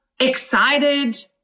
excited